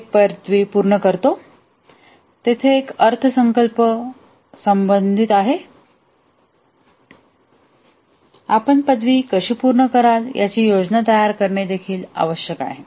take पदवी पूर्ण कराल तेथे एक अर्थसंकल्प संबंधित आहे आपण पदवी कशी पूर्ण कराल याची योजना तयार करणे आवश्यक आहे